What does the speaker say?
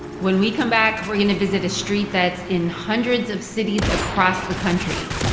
when we come back, we're going to visit a street that's in hundreds of cities across the country.